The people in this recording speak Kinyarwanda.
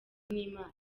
n’imana